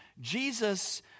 Jesus